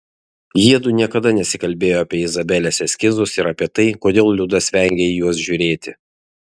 jiedu niekada nesikalbėjo apie izabelės eskizus ir apie tai kodėl liudas vengia į juos žiūrėti